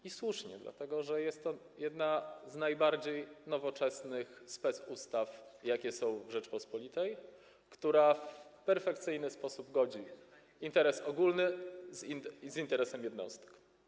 I słusznie, dlatego że jest to jedna z najbardziej nowoczesnych specustaw w Rzeczypospolitej, która w perfekcyjny sposób godzi interes ogólny z interesem jednostek.